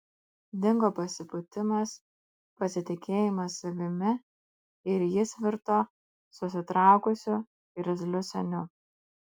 dingo pasipūtimas pasitikėjimas savimi ir jis virto susitraukusiu irzliu seniu